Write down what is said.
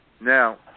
Now